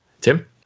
Tim